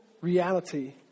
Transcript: reality